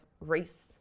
race